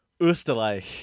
Österreich